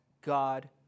God